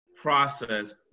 process